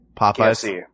Popeye's